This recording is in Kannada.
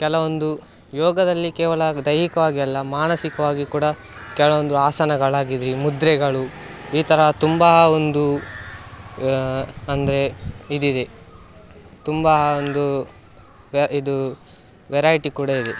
ಕೆಲವೊಂದು ಯೋಗದಲ್ಲಿ ಕೇವಲ ದೈಹಿಕವಾಗಿ ಅಲ್ಲ ಮಾನಸಿಕವಾಗಿ ಕೂಡ ಕೆಲವೊಂದು ಆಸನಗಳಾಗಿದೆ ಮುದ್ರೆಗಳು ಈ ಥರ ತುಂಬ ಒಂದು ಅಂದರೆ ಇದಿದೆ ತುಂಬ ಒಂದು ವೆ ಇದು ವೆರೈಟಿ ಕೂಡ ಇದೆ